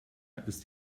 ist